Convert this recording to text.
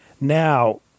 Now